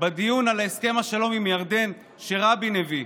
בדיון על הסכם השלום עם ירדן שרבין הביא.